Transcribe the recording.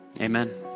amen